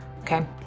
okay